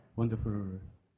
wonderful